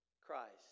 Christ